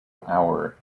hour